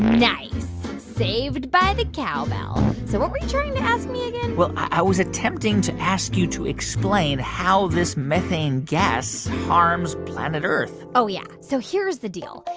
nice, saved by the cowbell. so what were you trying to ask me, again? well, i was attempting to ask you to explain how this methane gas harms planet earth oh, yeah. so here's the deal.